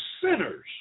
sinners